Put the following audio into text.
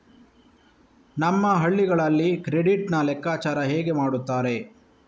ನಮ್ಮ ಹಳ್ಳಿಗಳಲ್ಲಿ ಕ್ರೆಡಿಟ್ ನ ಲೆಕ್ಕಾಚಾರ ಹೇಗೆ ಮಾಡುತ್ತಾರೆ?